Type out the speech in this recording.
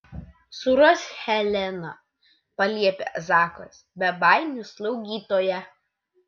surask heleną paliepia zakas bebaimių slaugytoją